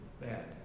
bad